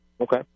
Okay